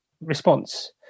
response